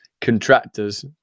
contractors